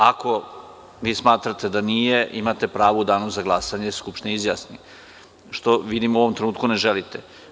Ako vi smatrate da nije, imate pravo u danu za glasanje da se Skupština izjasni, što vidim u ovom trenutku ne želite.